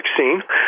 vaccine